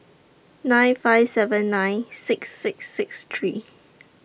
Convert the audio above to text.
nine five seven nine six six six three